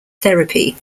therapy